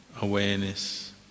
awareness